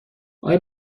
آیا